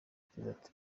perezida